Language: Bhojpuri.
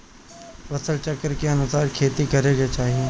फसल चक्र के अनुसार खेती करे के चाही